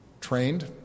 Trained